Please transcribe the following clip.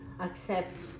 accept